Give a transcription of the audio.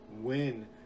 win